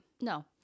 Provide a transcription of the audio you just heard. No